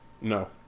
No